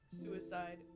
suicide